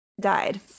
died